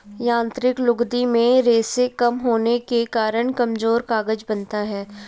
यांत्रिक लुगदी में रेशें कम होने के कारण कमजोर कागज बनता है